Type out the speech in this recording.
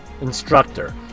instructor